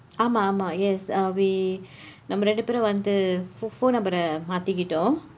ஆமாம் ஆமாம்:aamaam aamaam yes uh we நம்ம இரண்டு பேரு வந்து:namma irandu peeru vandthu pho~ phone number மாற்றிக்கொண்டோம்:marrikkondoom